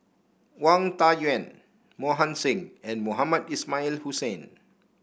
Wang Dayuan Mohan Singh and Mohamed Ismail Hussain